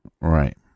Right